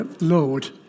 Lord